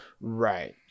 Right